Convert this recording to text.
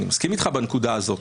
אני מסכים איתך בנקודה הזאת.